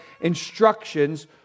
instructions